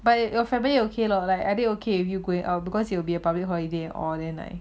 but if your family okay loh like are they okay if you going out because it will be a public holiday or then I